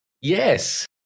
Yes